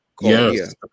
yes